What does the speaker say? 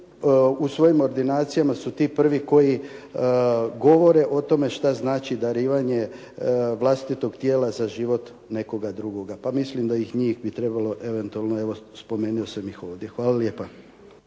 u svojim ordinacijama su ti prvi koji govore o tome što znači darivanje vlastitog tijela za život nekoga drugoga. Pa mislim da i njih bi trebalo eventualno, evo spomenuo sam ih ovdje. Hvala lijepa.